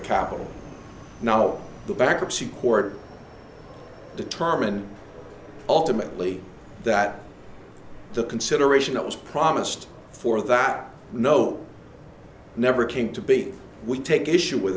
capital no the backup secord determine ultimately that the consideration that was promised for that know never came to be we take issue with